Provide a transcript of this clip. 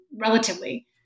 relatively